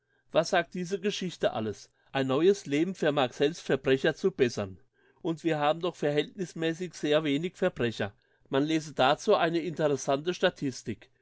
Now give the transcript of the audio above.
was sagt diese geschichte alles ein neues leben vermag selbst verbrecher zu bessern und wir haben doch verhältnissmässig sehr wenige verbrecher man lese dazu eine interessante